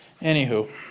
Anywho